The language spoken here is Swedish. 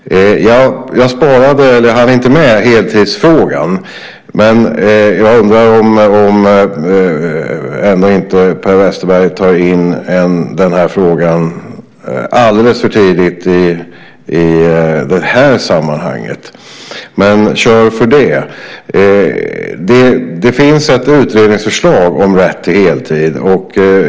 Jag hann inte med heltidsfrågan. Jag undrar om Per Westerberg ändå inte tar in den frågan alldeles för tidigt i det här sammanhanget - men kör för det. Det finns ett utredningsförslag om rätt till heltid.